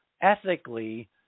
ethically